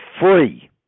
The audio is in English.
free